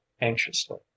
anxiously